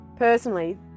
Personally